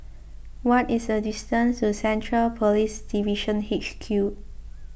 what is the distance to Central Police Division H Q